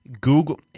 Google –